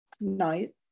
night